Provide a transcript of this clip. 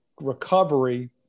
recovery